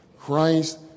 Christ